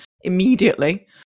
immediately